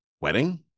wedding